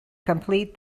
complete